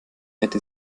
hätte